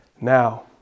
Now